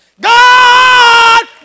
God